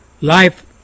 Life